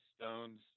Stone's